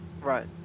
Right